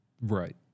Right